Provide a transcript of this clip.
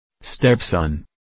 Stepson